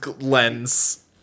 lens